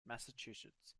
massachusetts